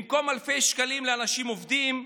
במקום אלפי שקלים לאנשים עובדים,